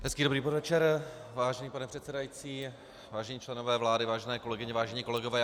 Hezký dobrý podvečer, vážený pane předsedající, vážení členové vlády, vážené kolegyně, vážení kolegové.